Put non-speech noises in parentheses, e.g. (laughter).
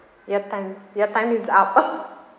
ya time ya time is up (noise)